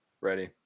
Ready